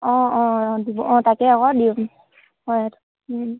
অঁ অঁ অঁ দিব অঁ তাকে আকৌ দিম হয়